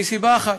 מסיבה אחת: